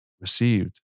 received